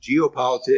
geopolitics